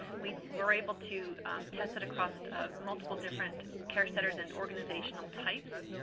we were able to test it across multiple different care centers and organizational types.